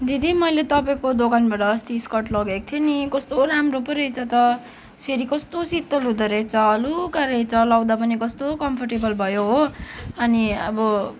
दिदी मैले तपाईँको दोकानबाट अस्ति स्कर्ट लगेको थिएँ नि कस्तो राम्रो पो रहेछ त फेरि कस्तो शीतल हुँदो रहेछ हलुका रहेछ लाउँदा पनि कस्तो कम्फर्टेबल भयो हो अनि अब